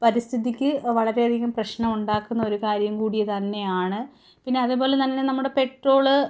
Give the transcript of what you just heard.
പരിസ്ഥിതിക്ക് വളരെയധികം പ്രശ്നം ഉണ്ടാക്കുന്ന ഒരു കാര്യം കൂടി തന്നെയാണ് പിന്നെ അതേപോലെ തന്നെ നമ്മുടെ പെട്രോള്